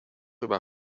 über